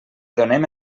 donem